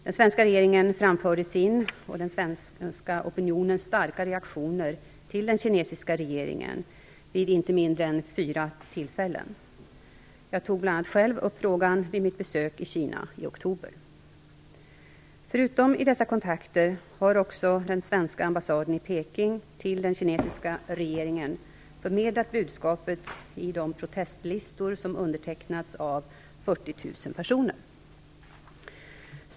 Den svenska regeringen framförde sin och den svenska opinionens starka reaktioner till den kinesiska regeringen vid inte mindre än fyra tillfällen. Jag tog bl.a. själv upp frågan vid mitt besök i Kina i oktober. Förutom i dessa kontakter har också den svenska ambassaden i Peking till den kinesiska regeringen förmedlat budskapet i de protestlistor som undertecknats av 40 000 personer.